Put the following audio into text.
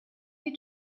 you